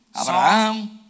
Abraham